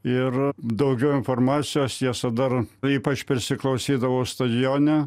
ir daugiau informacijos tiesa dar taip aš prisiklausydavau stadione